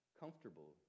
comfortable